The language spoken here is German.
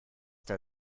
der